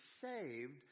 saved